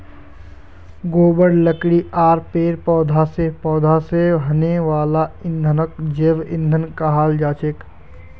गोबर लकड़ी आर पेड़ पौधा स पैदा हने वाला ईंधनक जैव ईंधन कहाल जाछेक